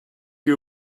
you